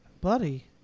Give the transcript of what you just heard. buddy